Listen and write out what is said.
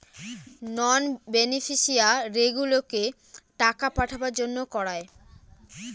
নন বেনিফিশিয়ারিগুলোকে টাকা পাঠাবার জন্য করায়